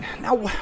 Now